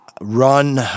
run